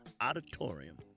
Auditorium